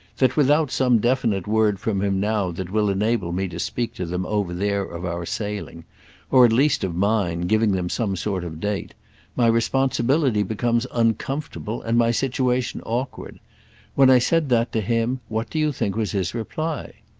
that without some definite word from him now that will enable me to speak to them over there of our sailing or at least of mine, giving them some sort of date my responsibility becomes uncomfortable and my situation awkward when i said that to him what do you think was his reply?